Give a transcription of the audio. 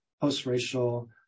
post-racial